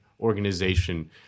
organization